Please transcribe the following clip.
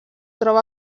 troba